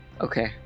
Okay